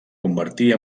convertir